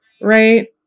right